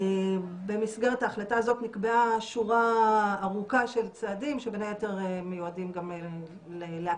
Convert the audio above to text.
במסגרת ההחלטה הזאת נקבעה שורה ארוכה של צעדים שבין היתר מיועדים גם להקל